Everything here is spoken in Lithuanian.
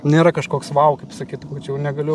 nėra kažkoks vau kaip pasakyt jau čia jau negaliu